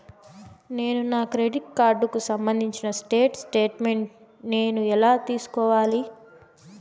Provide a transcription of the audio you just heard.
నేను నా క్రెడిట్ కార్డుకు సంబంధించిన స్టేట్ స్టేట్మెంట్ నేను ఎలా తీసుకోవాలి?